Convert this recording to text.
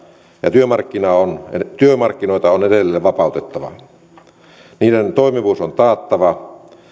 työmarkkinoita on työmarkkinoita on edelleen vapautettava ja niiden toimivuus on taattava